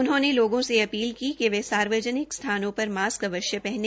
उन्होंने लोगों से अपील की कि वे सार्वजनिक स्थानों पर मास्क अवश्य पहने